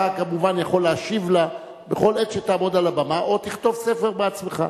אתה כמובן יכול להשיב לה בכל עת שתעמוד על הבמה או תכתוב ספר בעצמך.